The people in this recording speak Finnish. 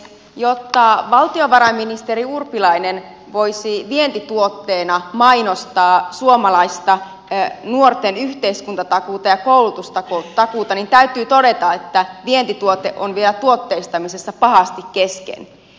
jotta valtiovarainministeri urpilainen voisi vientituotteena mainostaa suomalaista nuorten yhteiskuntatakuuta ja koulutustakuuta niin täytyy todeta että vientituote on vielä tuotteistamisessa pahasti kesken